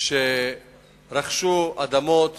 אנשים שרכשו אדמות